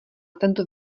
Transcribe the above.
tento